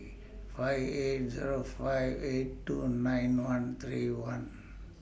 five eight Zero five eight two nine one three one